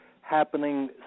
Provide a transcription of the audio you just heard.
happening